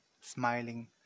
smiling